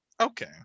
Okay